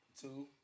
Two